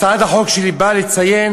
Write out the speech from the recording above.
הצעת החוק שלי באה לציין